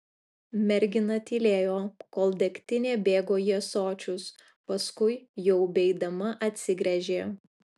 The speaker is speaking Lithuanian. mergina tylėjo kol degtinė bėgo į ąsočius paskui jau beeidama atsigręžė